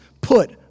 put